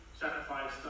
sacrifice